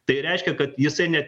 tai reiškia kad jisai net